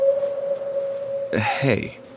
Hey